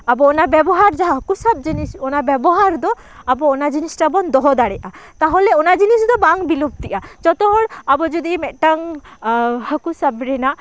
ᱟᱵᱚ ᱚᱱᱟ ᱵᱮᱵᱚᱦᱟᱨ ᱡᱟᱦᱟᱸ ᱦᱟᱹᱠᱩ ᱥᱟᱵ ᱡᱤᱱᱤᱥ ᱚᱱᱟ ᱵᱮᱵᱚᱦᱟᱨ ᱫᱚ ᱟᱵᱚ ᱚᱱᱟ ᱡᱤᱱᱤᱥᱴᱟ ᱵᱚᱱ ᱫᱚᱦᱚ ᱫᱟᱲᱮᱭᱟᱜᱼᱟ ᱛᱟᱦᱚᱞᱮ ᱚᱱᱟ ᱡᱤᱱᱤᱥ ᱫᱚ ᱵᱟᱝ ᱵᱤᱞᱩᱯᱛᱤᱜᱼᱟ ᱡᱚᱛᱚ ᱦᱚᱲ ᱟᱵᱚ ᱡᱩᱫᱤ ᱢᱤᱫᱴᱟᱝ ᱦᱟᱹᱠᱩ ᱥᱟᱵ ᱨᱮᱱᱟᱜ